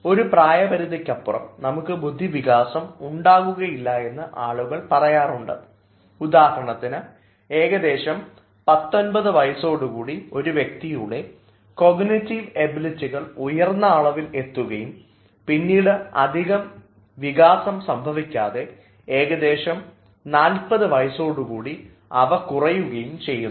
ഒരു പ്രായപരിധിക്കപ്പുറം നമുക്ക് ബുദ്ധിവികാസം ഉണ്ടാകില്ല എന്ന് ആളുകൾ പറയാറുണ്ട് ഉദാഹരണത്തിന് ഏകദേശം 19 വയസ്സോടുകൂടി ഒരു വ്യക്തിയുടെ കോഗ്നിറ്റീവ് എബിലിറ്റികൾ ഉയർന്ന അളവിൽ എത്തുകയും പിന്നീട് അധികം വികാസം സംഭവിക്കാതെ ഏകദേശം 40 വയസ്സോടുകൂടി അവ കുറയുകയും ചെയ്യുന്നു